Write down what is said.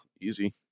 easy